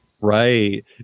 Right